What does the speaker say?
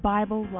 Bible